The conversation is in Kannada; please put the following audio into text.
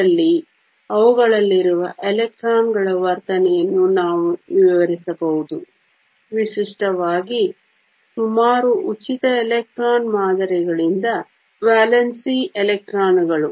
ಇದರಲ್ಲಿ ಅವುಗಳಲ್ಲಿರುವ ಎಲೆಕ್ಟ್ರಾನ್ ಗಳ ವರ್ತನೆಯನ್ನು ನಾವು ವಿವರಿಸಬಹುದು ವಿಶಿಷ್ಟವಾಗಿ ಸುಮಾರು ಉಚಿತ ಎಲೆಕ್ಟ್ರಾನ್ ಮಾದರಿಗಳಿಂದ ವೇಲೆನ್ಸಿ ಎಲೆಕ್ಟ್ರಾನ್ಗಳು